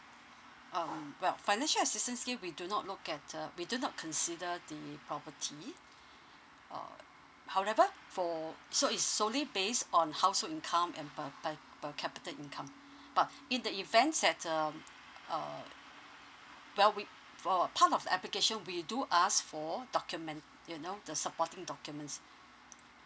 um well financial assistance scheme we do not look at uh we do not consider the property uh however for so it's solely based on household income and per by per capita income but in the event that um uh well we for part of the application we do ask for documen~ you know the supporting documents